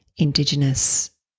indigenous